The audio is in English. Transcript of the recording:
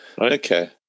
Okay